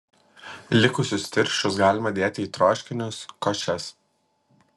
likusius tirščius galima dėti į troškinius košes